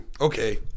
okay